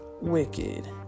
wicked